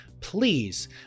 please